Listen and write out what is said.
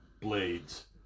blades